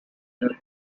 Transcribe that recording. their